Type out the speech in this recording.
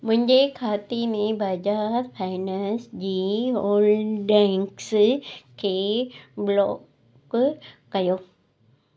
मुंहिंजे खाते में बजाज फाइनेंस जी होल्डिंग्स खे ब्लॉक कयो